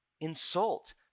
insult